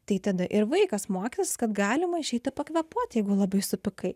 tai tada ir vaikas mokysis kad galima išeiti pakvėpuoti jeigu labai supykai